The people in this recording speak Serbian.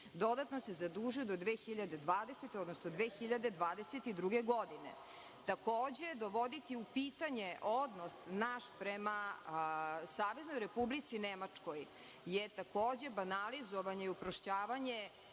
dodatno se zadužuju do 2020. odnosno 2022. godine. Takođe, dovoditi u pitanje odnos naš prema Saveznoj Republici Nemačkoj, je takođe banalizovanje i uprošćavanje